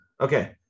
Okay